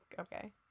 okay